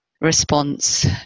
response